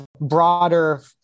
broader